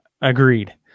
agreed